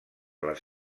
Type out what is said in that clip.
les